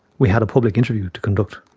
we had a public interview to conduct.